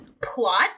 plot